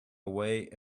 away